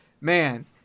man